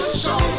show